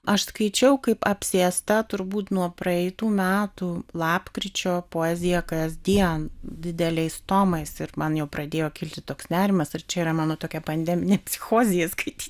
aš skaičiau kaip apsėsta turbūt nuo praeitų metų lapkričio poeziją kasdien dideliais tomais ir man jau pradėjo kilti toks nerimas ar čia yra mano tokia pandeminė psichozė skaityti